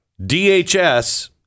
DHS